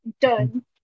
done